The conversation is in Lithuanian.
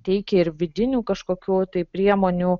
teikia ir vidinių kažkokių tai priemonių